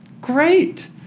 great